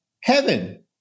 heaven